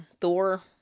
Thor